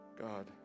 God